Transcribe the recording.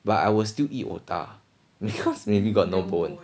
but I will still eat otah because maybe got no bone